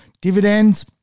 dividends